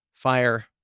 fire